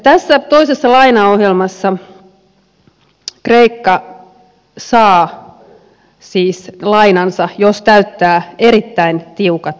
tässä toisessa lainaohjelmassa kreikka saa siis lainansa jos täyttää erittäin tiukat ehdot